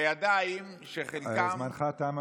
לידיים שחלקן, זמנך תם.